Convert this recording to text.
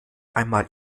einmal